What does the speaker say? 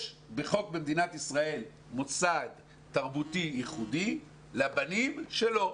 יש בחוק במדינת ישראל מוסד תרבותי ייחודי לבנים שלו.